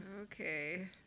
Okay